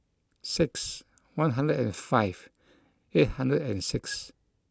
six one hundred and five eight hundred and six